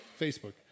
Facebook